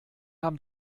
haben